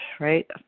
right